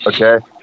okay